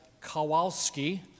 Kowalski